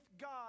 God